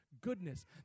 goodness